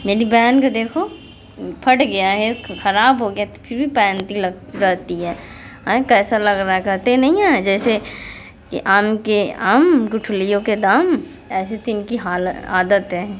मेरी बहन के देखो फट गया है ख़राब हो गया है त फिर भी पहनती लग रहती है कैसा लग रहा है कहते नहीं है जैसे आम के आम गुठलियों के दाम ऐसे तो इनकी हाल आदत है